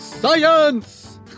Science